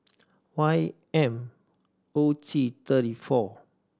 Y M O T thirty four